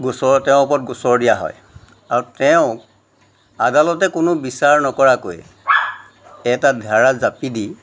গোচৰ তেওঁ ওপৰত গোচৰ দিয়া হয় আৰু তেওঁক আদালতে কোনো বিচাৰ নকৰাকৈ এটা ধাৰা জাপি দি